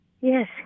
Yes